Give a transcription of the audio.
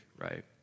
right